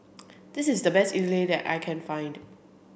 this is the best Idili that I can find